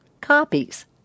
copies